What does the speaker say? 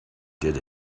did